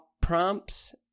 prompts